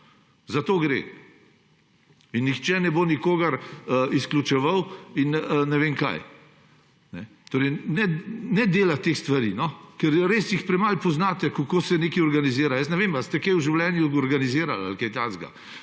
Za to gre. In nihče ne bo nikogar izključeval in ne vem kaj. Ne delati teh stvari, ker res jih premalo poznate, kako se nekaj organizira. Jaz ne vem, ali ste kaj v življenju organiziral ali kaj takega.